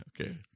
okay